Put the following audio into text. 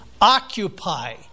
occupy